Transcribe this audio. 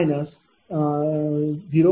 5538180